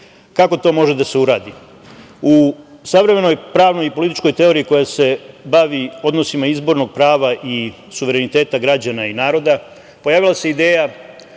to može da se uradi? U savremenoj pravnoj i političkoj teoriji koja se bavi odnosima izbornog prava i suvereniteta građana i naroda, pojavila se ideja